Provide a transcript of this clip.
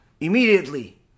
immediately